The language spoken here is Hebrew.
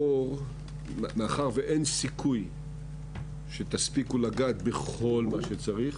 מאחר שאין סיכוי שתספיקו לגעת בכל מה שצריך,